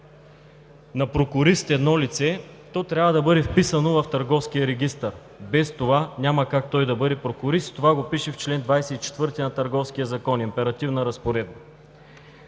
на прокурист едно лице, то трябва да бъде вписано в Търговския регистър. Без това няма как той да бъде прокурист и това го пише в чл. 24 на Търговския закон – императивна разпоредба.